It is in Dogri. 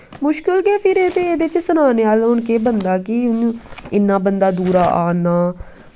मुशकल गै फिर एह्दे च सनाने आह्ला हून केह् बनदा कि हून इन्ना बंदा दूरा आना